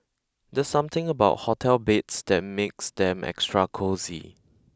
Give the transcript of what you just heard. there's something about hotel beds that makes them extra cosy